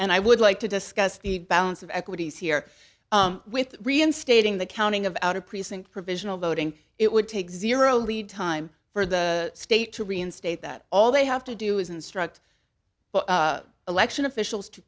and i would like to discuss the balance of equities here with reinstating the counting of out of precinct provisional voting it would take zero lead time for the state to reinstate that all they have to do is instruct election officials to